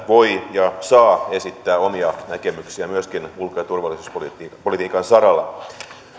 voi ja saa esittää omia näkemyksiä myöskin ulko ja turvallisuuspolitiikan saralla